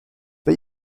but